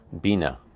bina